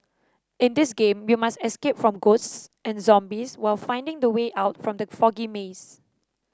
in this game you must escape from ghosts and zombies while finding the way out from the foggy maze